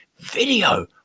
Video